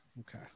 Okay